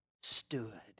stood